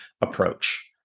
approach